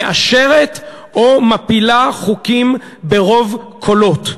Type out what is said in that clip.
והיא מאשרת או מפילה חוקים ברוב קולות.